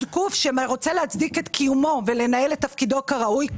כל גוף שרוצה להצדיק את קיומו ולנהל את תפקידו כראוי,